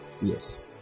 Yes